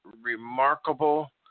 remarkable